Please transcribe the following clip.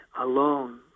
alone